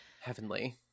Heavenly